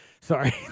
sorry